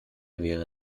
wäre